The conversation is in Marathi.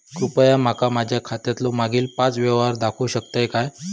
कृपया माका माझ्या खात्यातलो मागील पाच यव्हहार दाखवु शकतय काय?